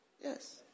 Yes